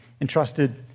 entrusted